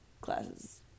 classes